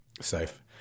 safe